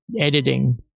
editing